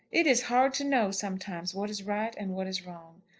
it is hard to know sometimes what is right and what is wrong.